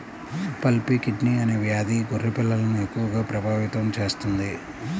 pulpy kidney అనే వ్యాధి గొర్రె పిల్లలను ఎక్కువగా ప్రభావితం చేస్తుంది